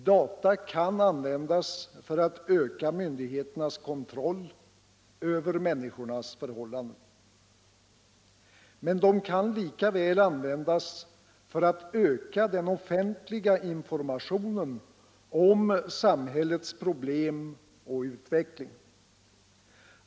Data kan användas för att öka myndigheternas kontroll över människors förhållanden. Men de kan lika väl användas för att öka den offentliga informationen om samhällets problem och utveckling.